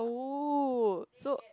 oh so